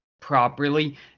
properly